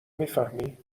میفهمی